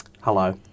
Hello